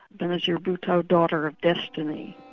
benazir bhutto, daughter of destiny.